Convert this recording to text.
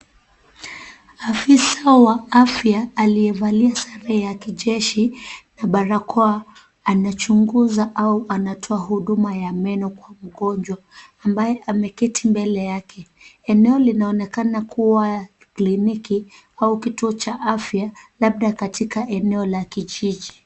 Afisa wa afya aliyevalia sare ya kijeshi, na barakoa anachunguza au anatoa huduma za meno kwa mgonjwa ambaye ameketi mbele yake. Eneo linaonekana kuwa kliniki au kituo cha afya, labda katika eneo la kijiji.